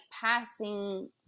passing